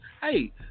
hey